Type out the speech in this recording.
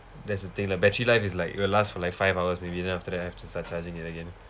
that's the thing like battery life is like it will last for like five hours maybe then after that have to start charging it again